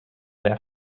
their